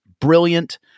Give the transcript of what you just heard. brilliant